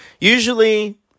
Usually